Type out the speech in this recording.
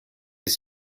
his